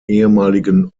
ehemaligen